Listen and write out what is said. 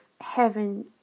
heaven